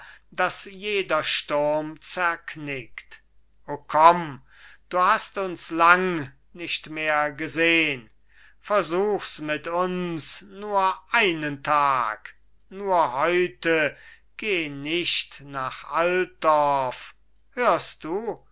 das jeder sturm zerknickt o komm du hast uns lang nicht mehr gesehn versuch's mit uns nur einen tag nur heute geh nicht nach altdorf hörst du